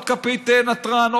עוד כפית נתרן,